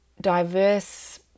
diverse